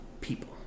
people